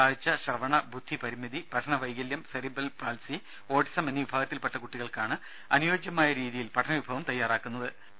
കാഴ്ച ശ്രവണ ബുദ്ധി പരിമിതി പഠനവൈകല്യം സെറിബ്രൽപൾസി ഓട്ടിസം എന്നീ വിഭാഗത്തിൽപെട്ട കുട്ടികൾക്ക് അനുയോജ്യമായ രീതിയിൽ പഠന വിഭവം തയാറാക്കുന്നതാണ് പദ്ധതി